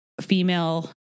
female